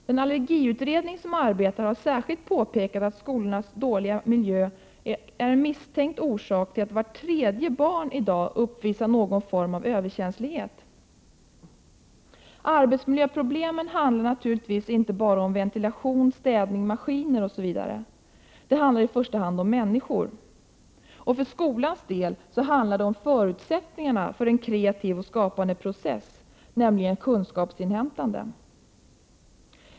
Den allergiutredning som arbetar har särskilt påpekat att skolornas dåliga miljö är en misstänkt orsak till att vart tredje barn i dag uppvisar någon form av överkänslighet. Arbetsmiljöproblem är naturligtvis inte bara en fråga om ventilation, städning, maskiner osv. Det handlar i första hand om människor. För skolans del handlar det om förutsättningarna för en kreativ och skapande process, nämligen kunskapsinhämtande.